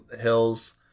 Hill's